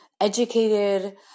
educated